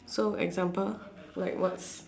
so example like what's